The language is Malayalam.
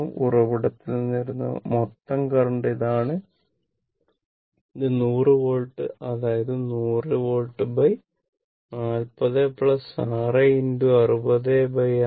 ഉറവിടത്തിൽ നിന്ന് വരുന്ന മൊത്തം കറന്റ് ഇതാണ് ഇത് 100 വോൾട്ട് അതായത് 100 വോൾട്ട് 40 6 60 6 60